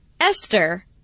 Esther